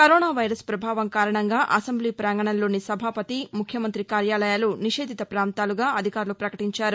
corona virus పభావం కారణంగా assembly ప్రాంగణంలోని సభాపతి ముఖ్యమంత్రి కార్యాలయాలు నిషేధిత ప్రాంతాలుగా అధికారులు ప్రకటించారు